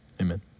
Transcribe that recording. amen